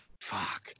Fuck